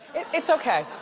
it's okay,